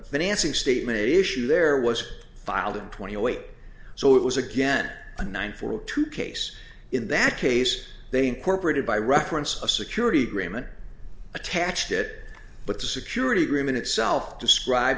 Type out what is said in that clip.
financing statement issued there was filed in twenty away so it was again a nine four zero two case in that case they incorporated by reference a security agreement attached it but the security agreement itself describe